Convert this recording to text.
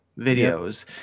videos